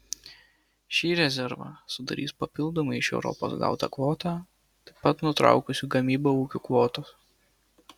šį rezervą sudarys papildomai iš europos gauta kvota taip pat nutraukusių gamybą ūkių kvotos